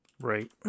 right